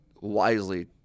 wisely